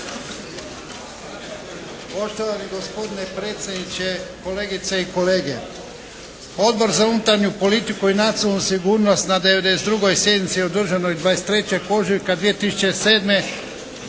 Poštovani gospodine predsjedniče, kolegice i kolege! Odbor za unutarnju politiku i nacionalnu sigurnost na 92. sjednici održanoj 23. ožujka 2007.